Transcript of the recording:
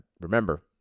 remember